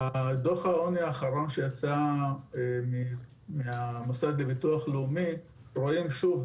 בדוח העוני האחרון שיצא מטעם המוסד לביטוח לאומי זה